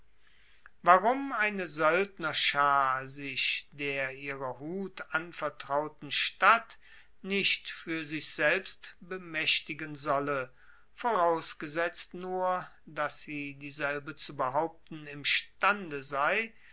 warum eine soeldnerschar sich der ihrer hut anvertrauten stadt nicht fuer sich selbst bemaechtigen solle vorausgesetzt nur dass sie dieselbe zu behaupten imstande sei